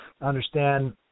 Understand